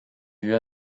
vue